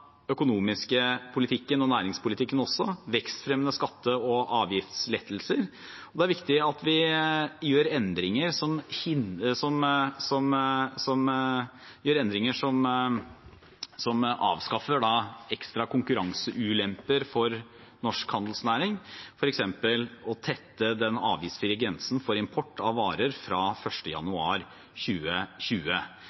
økonomiske politikken og næringspolitikken med vekstfremmende skatte- og avgiftslettelser. Det er viktig at vi gjør endringer som avskaffer ekstra konkurranseulemper for norsk handelsnæring, f.eks. å tette den avgiftsfrie grensen for import av varer fra